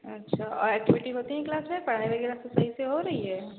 अच्छा और ऐक्टिविटी होती हैं क्लास में पढ़ाई वग़ैरह सब सही से हो रही है